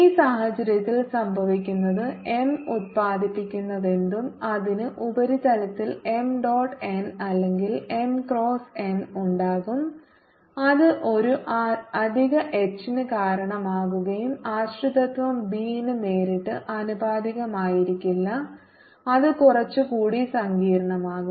ഈ സാഹചര്യത്തിൽ സംഭവിക്കുന്നത് M ഉൽപാദിപ്പിക്കുന്നതെന്തും അതിന് ഉപരിതലത്തിൽ M dot n അല്ലെങ്കിൽ M ക്രോസ് n ഉണ്ടാകും അത് ഒരു അധിക H ന് കാരണമാകുകയും ആശ്രിതത്വം B ന് നേരിട്ട് ആനുപാതികമായിരിക്കില്ല അത് കുറച്ചുകൂടി സങ്കീർണ്ണമാകും